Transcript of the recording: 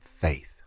faith